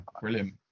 brilliant